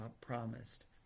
promised